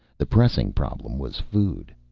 the pressing problem was food.